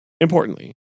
importantly